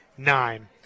nine